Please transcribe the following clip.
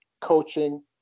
coaching